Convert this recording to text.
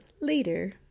later